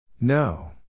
No